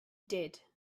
did